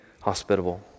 hospitable